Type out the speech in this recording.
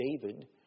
David